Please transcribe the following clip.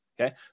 Okay